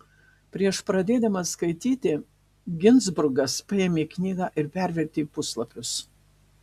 prieš pradėdamas skaityti ginzburgas paėmė knygą ir pervertė puslapius